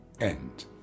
end